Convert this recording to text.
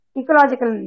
ecological